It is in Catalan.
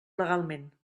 legalment